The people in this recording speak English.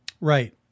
Right